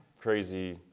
crazy